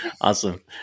awesome